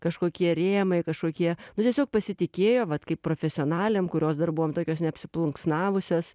kažkokie rėmai kažkokie nu tiesiog pasitikėjo vat kaip profesionalėm kurios dar buvom tokios neapsiplunksnavusios